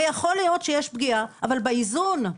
ויכול להיות שיש פגיעה, אבל באיזון,